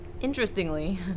interestingly